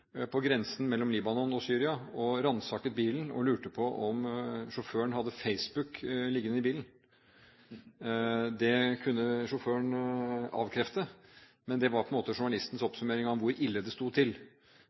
på grensen mellom Libanon og Syria. Han ransaket bilen og lurte på om sjåføren hadde Facebook liggende i bilen. Det kunne sjåføren avkrefte, men det var på en måte journalistens oppsummering av hvor ille det sto til